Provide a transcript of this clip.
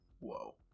Whoa